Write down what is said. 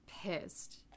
Pissed